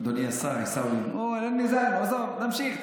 אדוני השר, עיסאווי, עזוב, נמשיך.